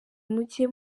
muge